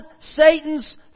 Satan's